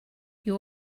you